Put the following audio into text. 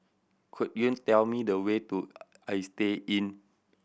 could you tell me the way to Istay Inn